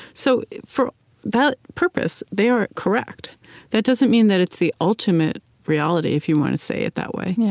so for that purpose, they are correct that doesn't mean that it's the ultimate reality, if you want to say it that way. yeah